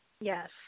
yes